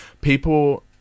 people